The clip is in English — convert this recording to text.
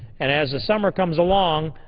and as the summer comes along,